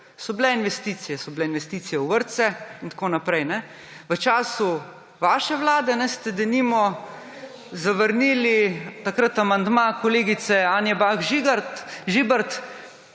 so bile investicije, so bile investicije v vrtce in tako naprej. V času vaše vlade ste denimo zavrnili amandma kolegice Anje Bah Žibert